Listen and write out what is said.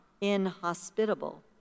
inhospitable